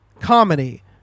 comedy